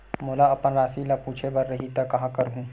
मोला अपन राशि ल पूछे बर रही त का करहूं?